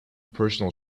personal